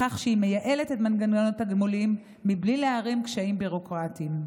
בכך שהיא מייעלת את מנגנון התגמולים מבלי להערים קשיים ביורוקרטיים.